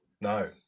no